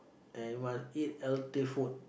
and must eat healthy food